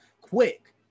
quick